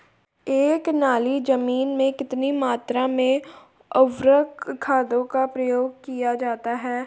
एक नाली जमीन में कितनी मात्रा में उर्वरक खादों का प्रयोग किया जाता है?